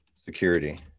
security